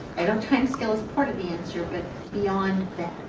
i know time scale is part of the answer, but beyond that.